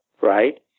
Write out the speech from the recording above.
Right